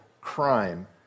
crime